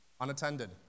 unattended